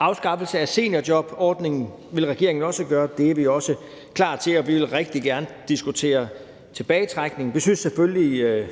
Afskaffelse af seniorjobordningen er også noget, regeringen vil gøre. Det er vi også klar til, og vi vil rigtig gerne diskutere tilbagetrækning. Vi synes selvfølgelig,